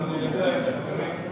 וגם ליידע את החברים,